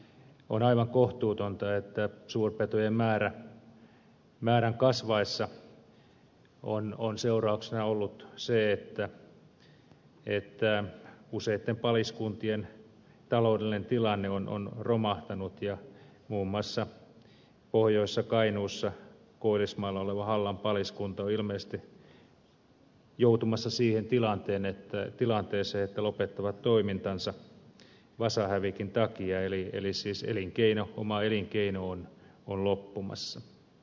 on aivan kohtuutonta että suurpetojen määrän kasvaessa on seurauksena ollut se että useitten paliskuntien taloudellinen tilanne on romahtanut ja muun muassa pohjoisessa kainuussa koillismaalla oleva hallan paliskunta on ilmeisesti joutumassa siihen tilanteeseen että se lopettaa toimintansa vasahävikin takia eli siis oma elinkeino on loppumassa